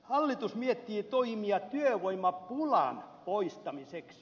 hallitus miettii toimia työvoimapulan poistamiseksi